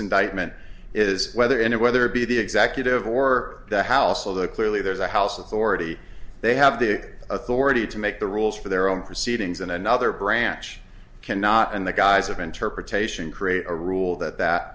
indictment is whether in it whether it be the executive or the house although clearly there's a house authority they have the authority to make the rules for their own proceedings and another branch cannot in the guise of interpretation create a rule that that